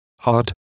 hard